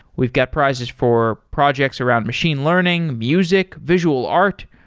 we've got prizes for projects around machine learning, music, visual art,